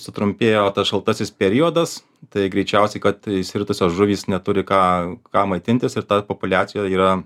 sutrumpėjo tas šaltasis periodas tai greičiausiai kad išsiritusios žuvys neturi ką ką maitintis ir tada populiacijoj yra